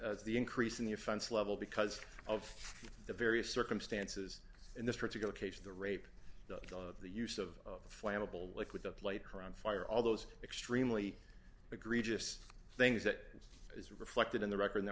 as the increase in the offense level because of the various circumstances in this particular case the rape of the use of flammable liquid the plate crown fire all those extremely agree just things that is reflected in the record that